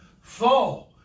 Fall